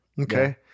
Okay